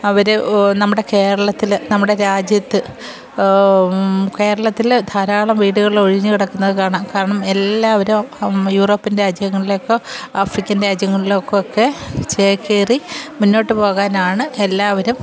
അവർ നമ്മുടെ കേരളത്തിൽ നമ്മുടെ രാജ്യത്ത് കേരളത്തിൽ ധാരാളം വീടുകൾ ഒഴിഞ്ഞുകിടക്കുന്നതു കാണാം കാരണം എല്ലാവരും യൂറോപ്പ്യൻ രാജ്യങ്ങളിലേക്കോ ആഫ്രിക്കൻ രാജ്യങ്ങളിലോക്കെ ഒക്കെ ചേക്കേറി മുന്നോട്ടുപോകാനാണ് എല്ലാവരും